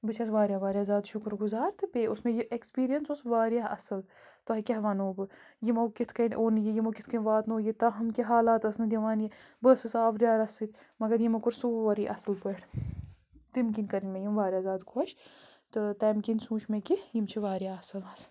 بہٕ چھَس واریاہ واریاہ زیادٕ شُکُر گُزار تہٕ بیٚیہِ اوس مےٚ یہِ اٮ۪کٕسپرینٕس اوس واریاہ اَصٕل تۄہہِ کیٛاہ وَنو بہٕ یِمو کِتھ کَنۍ اوٚن یہِ یِمو کِتھ کَنۍ واتنو یہِ تاہم کہِ حالات ٲس نہٕ دِوان یہِ بہٕ ٲسٕس آوریٛارَس سۭتۍ مگر یِمو کوٚر سورٕے اَصٕل پٲٹھۍ تِم کَنۍ کٔرِنۍ مےٚ یِم واریاہ زیادٕ خۄش تہٕ تَمۍ کِنۍ سوٗنچ مےٚ کہِ یِم چھِ واریاہ اَصٕل